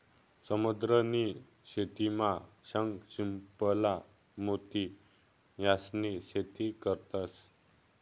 समुद्र नी शेतीमा शंख, शिंपला, मोती यास्नी शेती करतंस